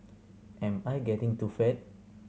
am I getting too fat